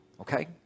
Okay